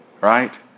right